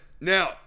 Now